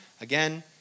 again